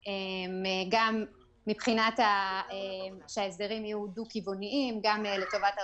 גם מבחינה זו שההסדרים יהיו דו-כיווניים גם לטובת הרשות,